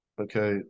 Okay